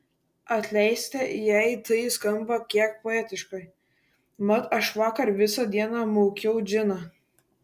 atleiskite jei tai skamba kiek poetiškai mat aš vakar visą dieną maukiau džiną